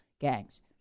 gangs